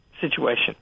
situation